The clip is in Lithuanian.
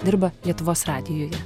dirba lietuvos radijuje